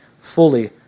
fully